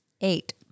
Eight